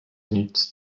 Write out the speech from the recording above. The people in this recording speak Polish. nic